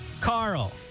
Carl